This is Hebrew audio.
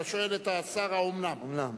אתה שואל את השר: האומנם?